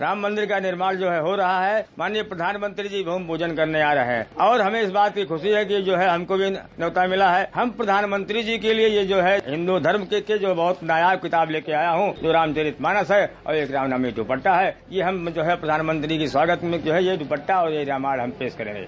राम मंदिर का निर्माण जो हो रहा है माननीय प्रधानमंत्री जी भूमिपूजन करने आ रहे हैं और हमें इस बात की खुशी है जोकि हमको भी न्यौता भिला हम प्रधानमंत्री जी के लिए यह जो है हिन्दू धर्म की जो बहुत नायाब किताब ले के आया हूं जो रामचरित मानस है और एक रामनामी दुपट्टा है यह हम जो है प्रधानमंत्री के स्वागत में जो है रूपट्टा और यह रामायण हम पेश करेंगे